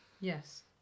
yes